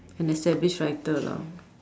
an established writer lah